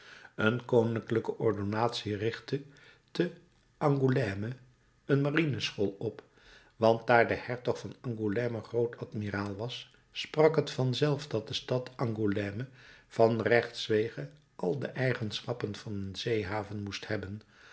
een koninklijke ordonnantie richtte te angoulême een marineschool op want daar de hertog van angoulême groot admiraal was sprak t vanzelf dat de stad angoulême van rechtswege al de eigenschappen van een zeehaven moest hebben